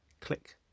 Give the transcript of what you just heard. Click